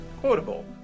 quotable